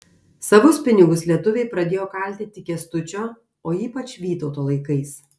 savus pinigus lietuviai pradėjo kalti tik kęstučio o ypač vytauto laikais